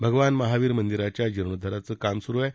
भगवान महावीर मंदिराच्या जीर्णोद्वाराचं काम सुरू आहे